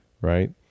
right